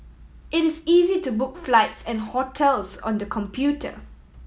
it is easy to book flights and hotels on the computer